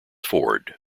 ford